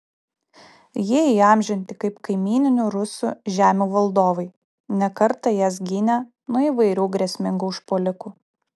jie įamžinti kaip kaimyninių rusų žemių valdovai ne kartą jas gynę nuo įvairių grėsmingų užpuolikų